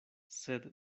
sed